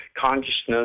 consciousness